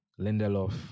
Lindelof